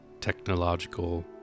technological